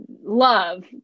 love